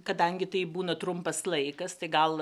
kadangi tai būna trumpas laikas tai gal